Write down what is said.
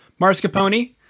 Mascarpone